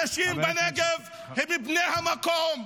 אנשים בנגב הם בני המקום,